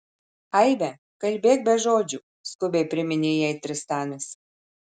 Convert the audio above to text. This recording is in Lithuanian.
aive kalbėk be žodžių skubiai priminė jai tristanas